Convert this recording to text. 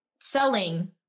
selling